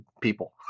people